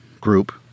group